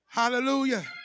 hallelujah